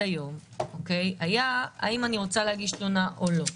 היום היה האם אני רוצה להגיש תלונה או לא.